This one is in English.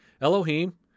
Elohim